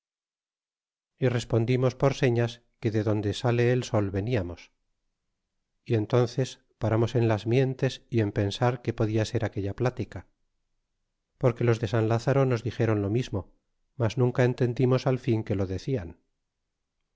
y respondimos por señas que de donde sale el sol veniamos y enm'ices paramos en las mientes y en pensar que podia ser aquella plática porque los de san lázaro nos dixéron lo mismo mas nunca entendimos al fin que lo decian